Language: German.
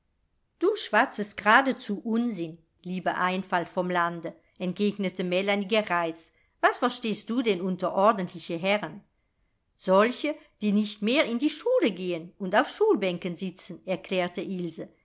du schwatzest geradezu unsinn liebe einfalt vom lande entgegnete melanie gereizt was verstehst du denn unter ordentliche herren solche die nicht mehr in die schule gehen und auf schulbänken sitzen erklärte